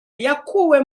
yakuwe